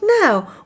Now